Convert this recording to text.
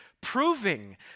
proving